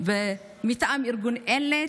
מטעם ארגון ELNET,